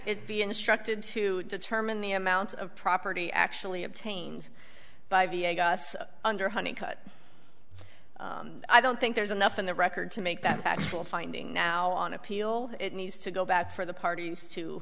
it be instructed to determine the amount of property actually obtained by v a guss under one and cut i don't think there's enough in the record to make that factual finding now on appeal it needs to go back for the parties to